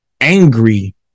angry